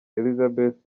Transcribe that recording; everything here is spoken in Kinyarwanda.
elizabeth